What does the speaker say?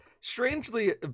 Strangely